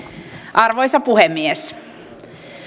arvoisa puhemies